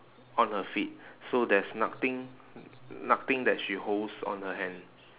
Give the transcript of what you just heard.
on her feet so there's nothing nothing that she holds on her hand